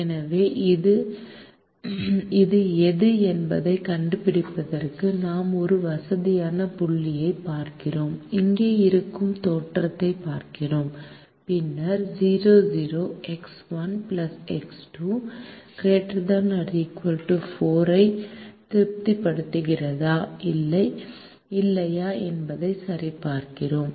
எனவே இது எது என்பதைக் கண்டுபிடிப்பதற்கு நாம் ஒரு வசதியான புள்ளியைப் பார்க்கிறோம் இங்கே இருக்கும் தோற்றத்தைப் பார்க்கிறோம் பின்னர் 0 0 எக்ஸ் 1 எக்ஸ் 2 ≥ 4 ஐ திருப்திப்படுத்துகிறதா இல்லையா என்பதைச் சரி பார்க்கிறோம்